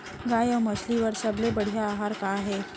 गाय अऊ मछली बर सबले बढ़िया आहार का हे?